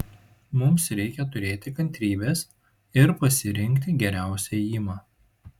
mums reikia turėti kantrybės ir pasirinkti geriausią ėjimą